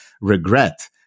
regret